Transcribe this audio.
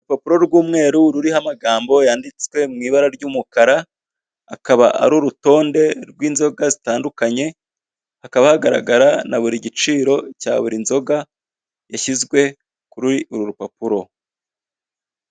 Urupapuro rw'umweru ruriho amagambo yanditswe mu ibara ry'umukara akaba ari urutonde rw'inzoga zitandukanye hakaba hagaragara na buri giciro cya buri nzoga yashyizwe kuri uru rupapuro.